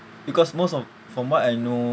because most of from what I know